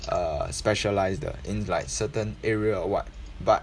err specialized 的 in like certain area or what but